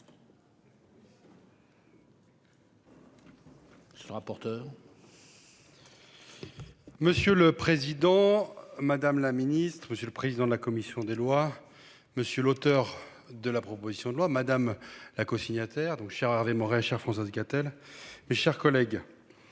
Monsieur le Président Madame la Ministre, Monsieur le président de la commission des lois. Monsieur l'auteur de la proposition de loi Madame la cosignataires donc cher Hervé Maurey, chère Françoise Gatel. Mes chers collègues.